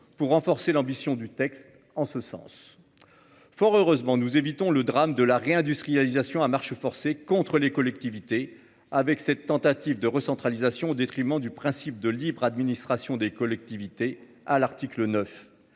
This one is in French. pour renforcer l'ambition du texte en ce sens. Fort heureusement, le drame de la réindustrialisation à marche forcée contre les collectivités est évité. La tentative de recentralisation, contraire au principe de libre administration des collectivités, a avorté,